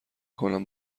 کنم